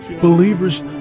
Believers